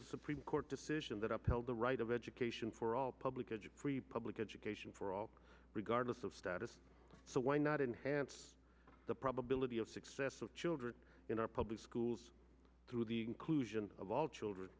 a supreme court decision that up held the right of education for all public edge of free public education for all regardless of status so why not enhance the probability of success of children in our public schools through the inclusion of all children